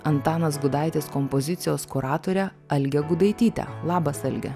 antanas gudaitis kompozicijos kuratore alge gudaityte labas alge